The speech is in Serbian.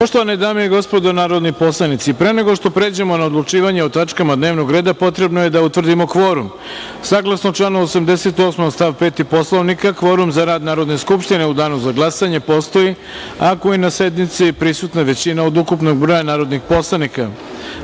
sazivu. Poštovane dame i gospodo narodni poslanici, pre nego što pređemo na odlučivanje o tačkama dnevnog reda, potrebno je da utvrdimo kvorum. Saglasno članu 88. stav 5. Poslovnika, kvorum za rad Narodne skupštine u danu za glasanje postoji ako je na sednici prisutna većina od ukupnog broja narodnih poslanika. Molim